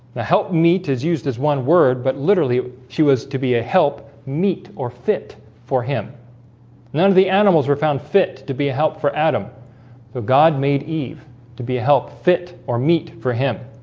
the help meat is used as one word, but literally she was to be a help meat or fit for him none of the animals were found fit to be a help for adam so god made eve to be a help fit or meat for him